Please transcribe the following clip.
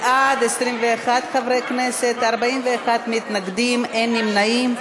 בעד, 21 חברי כנסת, 41 מתנגדים, אין נמנעים.